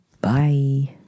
Bye